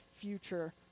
future